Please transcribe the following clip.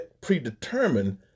predetermined